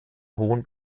hohen